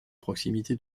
proximité